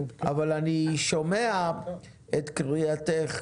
אבל אני שומע את קריאתך,